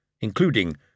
including